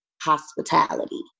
hospitality